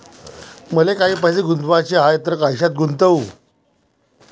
मले काही पैसे गुंतवाचे हाय तर कायच्यात गुंतवू?